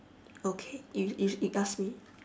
okay you you you ask me